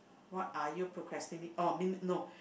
what are you procrastinate oh means no